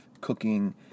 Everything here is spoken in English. cooking